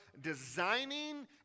designing